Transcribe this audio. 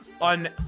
on